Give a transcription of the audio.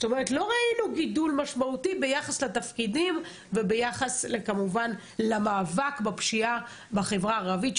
לא ראינו גידול משמעותי ביחס לתפקידים וביחד למאבק בפשיעה בחברה הערבית,